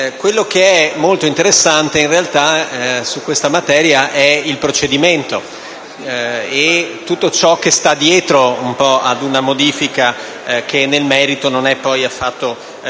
Quello che è molto interessante, in realtà, su questa materia è il procedimento e tutto ciò che sta dietro a una modifica che, nel merito, non è poi affatto contestata.